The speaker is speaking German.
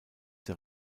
der